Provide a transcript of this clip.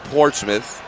Portsmouth